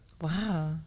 wow